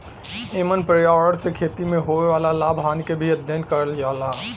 एमन पर्यावरण से खेती में होए वाला लाभ हानि के भी अध्ययन करल जाला